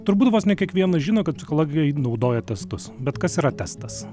turbūt vos ne kiekvienas žino kad psichologai naudoja testus bet kas yra testas